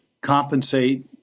compensate